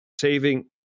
saving